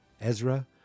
Ezra